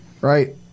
Right